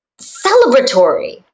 celebratory